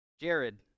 Jared